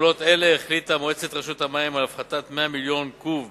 מפעולות אלה החליטה מועצת רשות המים על הפחתת 100 מיליון קוב